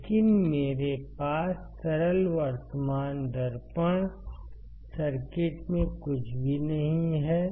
लेकिन मेरे पास सरल वर्तमान दर्पण सर्किट में कुछ भी नहीं है